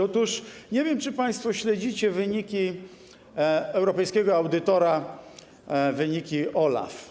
Otóż nie wiem, czy państwo śledzicie wyniki europejskiego audytora, wyniki OLAF.